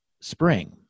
spring